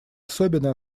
особенно